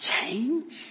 change